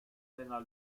seiner